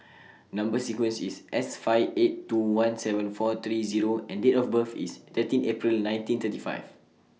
Number sequence IS S five eight two one seven four three U and Date of birth IS thirteen April nineteen thirty five